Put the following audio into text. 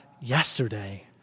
yesterday